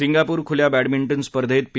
Singapore खुल्या badminton स्पर्धेत P